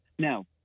Now